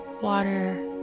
water